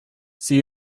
see